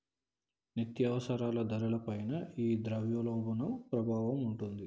నిత్యావసరాల ధరల పైన ఈ ద్రవ్యోల్బణం ప్రభావం ఉంటాది